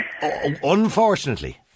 Unfortunately